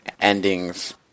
endings